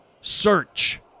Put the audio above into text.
search